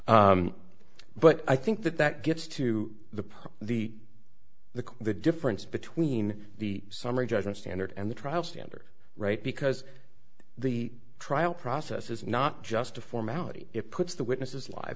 honor but i think that that gets to the press the the the difference between the summary judgment standard and the trial standard right because the trial process is not just a formality it puts the witnesses live